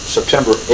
september